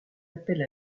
appel